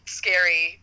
scary